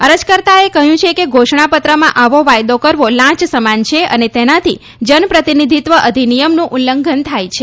અરજકર્તાઓએ કહ્યું કે ઘોષણાપત્રમાં આવો વાયદો કરવો લાંચ સમાન છે અને તેનાથી જનપ્રતિનિધિત્વ અધિનિયમનું ઉલ્લંઘન થાય છે